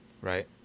right